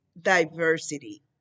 diversity